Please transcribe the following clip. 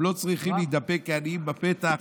הם לא צריכים להתדפק כעניים בפתח,